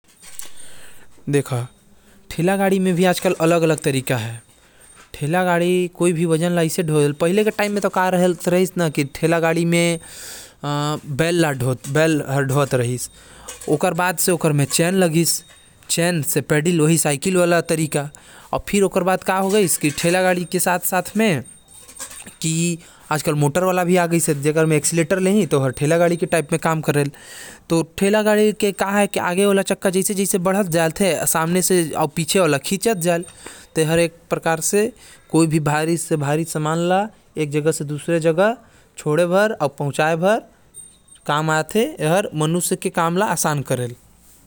ठेला गाड़ी के बनावट ऐसा होथे जेकर वजह से ओ हर भारी सामान उठा लेथे। अउ एक सहारा मिले से ओ हर आराम से वजन उठा लेथे।